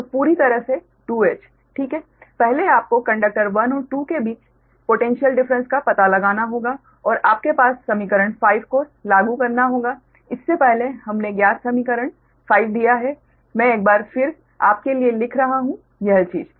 तो पूरी तरह से 2h ठीक है पहले आपको कंडक्टर 1 और 2 के बीच पोटैन्श्यल डिफ़्रेंस का पता लगाना होगा और आपके पास समीकरण 5 को लागू करना होगा इससे पहले हमने ज्ञात समीकरण 5 दिया है मैं एक बार फिर आपके लिए लिख रहा हूं यह चीज़